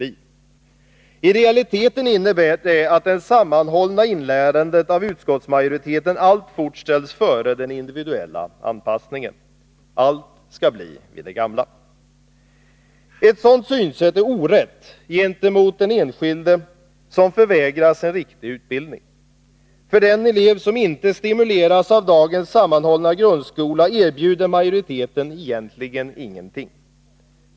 I realiteten innebär det att det sammanhållna inlärandet av utskottsmajoriteten alltfort ställs före den individuella anpassningen. Allt skall bli vid det gamla. Ett sådant synsätt är orätt gentemot den enskilde, som förvägras en riktig utbildning. För den elev som inte stimuleras av dagens sammanhållna grundskola erbjuder majoriteten egentligen ingenting.